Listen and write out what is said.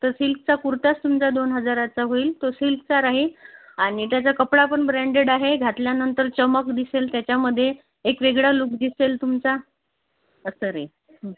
फक्त सिल्कचा कुर्ताच तुमचा दोन हजाराचा होईल तो सिल्कचा राहील आणि त्याचा कपडा ब्रँडेड आहे घातल्यानंतर चमक दिसेल त्याच्यामध्ये एक वेगळा लुक दिसेल तुमचा असा राहील